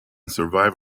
survive